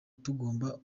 tugomba